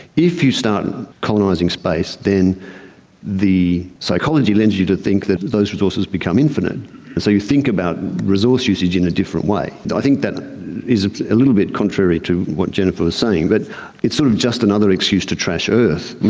if you start and colonising space then the psychology lends you to think that those resources become infinite, and so you think about resource usage in a different way. i think that is a little bit contrary to what jennifer was saying. but it's sort of just another excuse to trash earth.